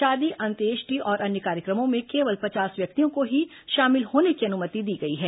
शादी अंत्येष्टि और अन्य कार्यक्रमों में केवल पचास व्यक्तियों को ही शामिल होने की अनुमति दी गई है